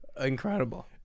Incredible